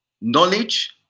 knowledge